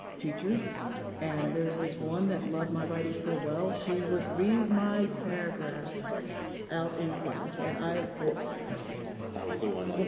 teachers and there's this one that loved my writing so well she would read my paragraphs out in class. and i of course gouge i was the one like,